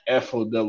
FOW